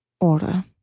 order